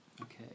Okay